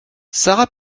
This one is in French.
sara